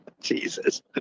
Jesus